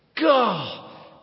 God